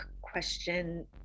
question